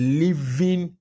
living